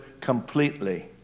completely